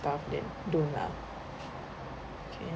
stuff then don't lah